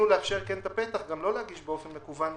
לאפשר את הפתח גם לא להגיש באופן מקוון,